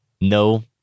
No